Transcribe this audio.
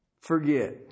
forget